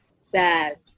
Sad